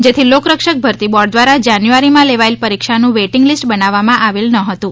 જેથી લોકરક્ષક ભરતી બોર્ડ દ્વારા જાન્યુઆરીમાં લેવાયેલ પરીક્ષાનું વેઇટીંગ લીસ્ટ બનાવવામાં આવેલ ન હતું